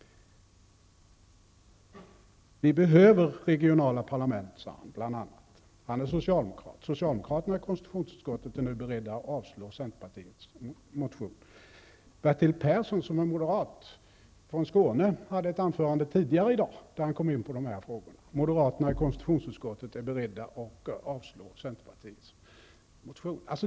Vi behöver regionala parlament, sade han bl.a. Han är socialdemokrat. Socialdemokraterna i konstitutionsutskottet är nu beredda att avstyrka centerpartiets motion. Bertil Persson, som är moderat från Skåne, hade tidigare i dag ett anförande i vilket han kom in på dessa frågor. Moderaterna i konstitutionsutskottet är beredda att avstyrka centerpartiets motion.